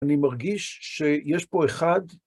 אני מרגיש שיש פה אחד...